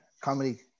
Comedy